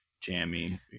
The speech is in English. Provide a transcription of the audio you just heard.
jammy